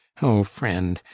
o friend,